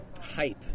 hype